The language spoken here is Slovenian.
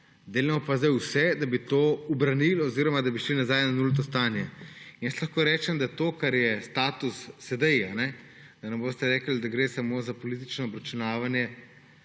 Delamo pa zdaj vse, da bi to ubranili oziroma da bi šli nazaj na nulto stanje. Lahko rečem, da to, kar je status sedaj – da ne boste rekli, da gre samo za politično obračunavanje